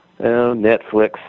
Netflix